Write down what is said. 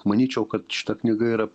manyčiau kad šita knyga yra